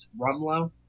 Rumlow